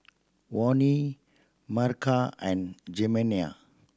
Vonnie Mercer and Jimena